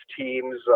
teams